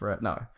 No